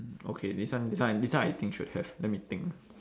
okay this one this one this one I think should have let me think